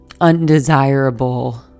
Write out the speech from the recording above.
undesirable